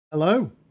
Hello